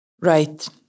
Right